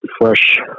fresh